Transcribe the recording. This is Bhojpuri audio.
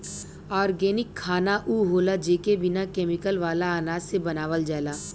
ऑर्गेनिक खाना उ होला जेके बिना केमिकल वाला अनाज से बनावल जाला